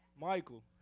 Michael